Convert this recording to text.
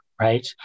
Right